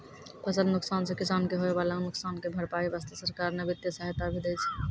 फसल नुकसान सॅ किसान कॅ होय वाला नुकसान के भरपाई वास्तॅ सरकार न वित्तीय सहायता भी दै छै